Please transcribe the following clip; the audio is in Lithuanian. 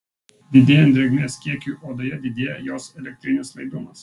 didėjant drėgmės kiekiui odoje didėja jos elektrinis laidumas